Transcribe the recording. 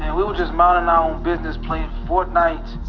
and we were just minding our own business, playing fortnite.